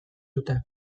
dute